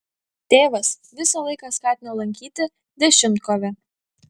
tėvas visą laiką skatino lankyti dešimtkovę